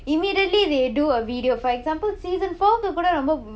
immediately they do a video for example season four க்கு கூட ரொம்ப:kku kooda romba